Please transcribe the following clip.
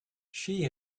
she